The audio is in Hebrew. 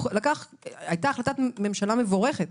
היתה החלטת ממשלה מבורכת,